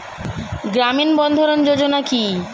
গ্রামীণ বন্ধরন যোজনা কি?